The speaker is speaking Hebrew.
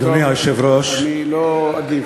טוב, אני לא אגיב.